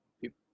people